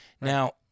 Now